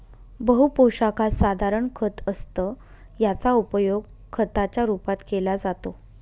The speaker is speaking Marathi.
बहु पोशाखात साधारण खत असतं याचा उपयोग खताच्या रूपात केला जातो